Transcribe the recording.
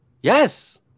yes